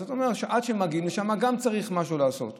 אז אתה אומר שגם עד שהם מגיעים לשם צריך לעשות משהו.